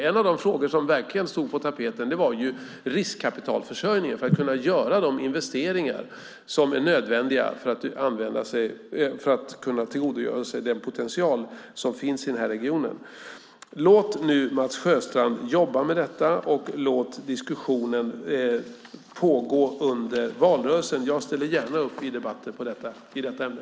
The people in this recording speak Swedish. En av de frågor som verkligen stod på tapeten var riskkapitalförsörjningen för att de ska kunna göra de investeringar som är nödvändiga för att kunna tillgodogöra sig den potential som finns i den här regionen. Låt nu Mats Sjöstrand jobba med detta, och låt diskussionen pågå under valrörelsen! Jag ställer gärna upp i debatter i detta ämne.